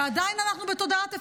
ועדיין אנחנו בתודעת הפסד,